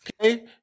Okay